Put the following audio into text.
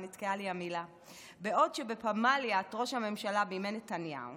בעוד בפמליית ראש הממשלה בימי נתניהו